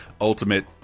ultimate